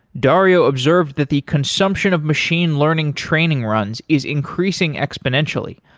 dario observed that the consumption of machine learning training runs is increasing exponentially,